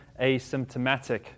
asymptomatic